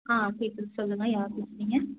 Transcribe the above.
ஆ கேட்குது சொல்லுங்கள் யார் பேசுறீங்க